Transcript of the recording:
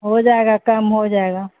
ہو جائے گا کم ہو جائے گا